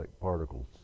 particles